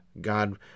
God